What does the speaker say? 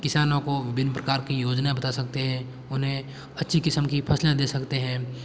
किसानों को विभिन्न प्रकार की योजना बता सकते हैं उन्हें अच्छी किस्म की फसलें दे सकते हैं